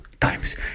times